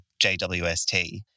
JWST